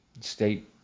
state